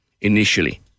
initially